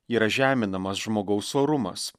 yra žeminamas žmogaus orumas